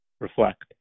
Reflect